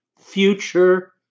future